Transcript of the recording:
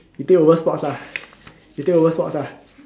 you take over sports lah you take over sports lah